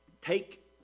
take